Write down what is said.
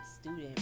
student